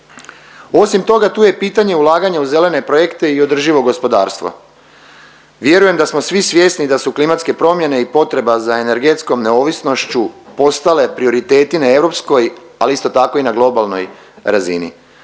Osim toga, tu je pitanje ulaganja u zelene projekte i održivo gospodarstvo. Vjerujem da smo svi svjesni da su klimatske promjene i potreba za energetskom neovisnošću postale prioriteti na europskoj, ali isto tako i na globalnoj razini.